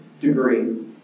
degree